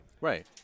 Right